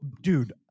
Dude